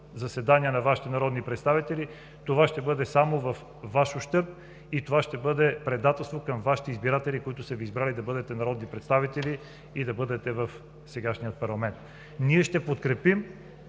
наложили на Вашите народните представители, ще бъде само във Ваш ущърб и предателство към Вашите избиратели, които са Ви избрали за народни представители и да бъдете в сегашния парламент. Ние ще подкрепим